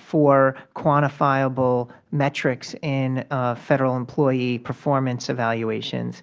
for quantifiable metrics in federal employee performance evaluations,